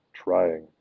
trying